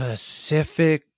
Pacific